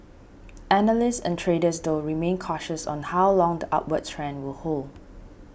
analysts and traders though remain cautious on how long the upward trend will hold